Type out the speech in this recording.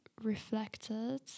reflected